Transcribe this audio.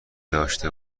داشته